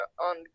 on